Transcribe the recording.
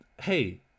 Hey